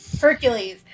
Hercules